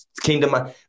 kingdom